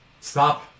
stop